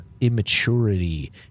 immaturity